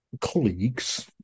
colleagues